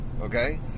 okay